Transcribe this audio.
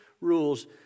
rules